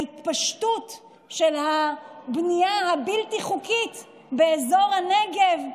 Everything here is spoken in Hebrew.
ההתפשטות של הבנייה הבלתי-חוקית באזור הנגב.